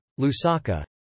Lusaka